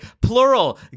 plural